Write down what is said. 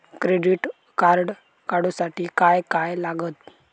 Credit card काढूसाठी काय काय लागत?